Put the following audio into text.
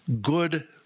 good